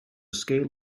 scale